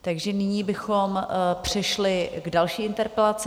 Takže nyní bychom přešli k další interpelaci.